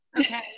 okay